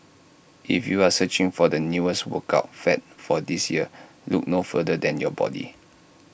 if you are searching for the newest workout fad for this year look no further than your body